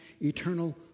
eternal